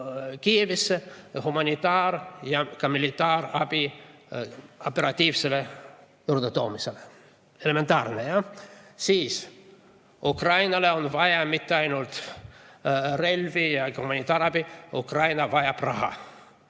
Kiievisse humanitaar- ja ka militaarabi operatiivseks juurdetoomiseks. Elementaarne! Siis, Ukrainale pole vaja mitte ainult relvi ja humanitaarabi, vaid Ukraina vajab ka raha.